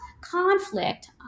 conflict